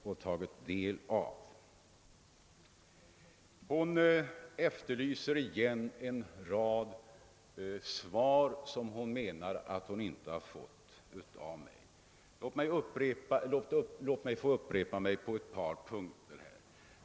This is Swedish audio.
När fru Nettelbrandt här efterlyser svar, som hon menar sig inte ha fått av mig, ber jag att få upprepa mig på ett par punkter.